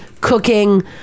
cooking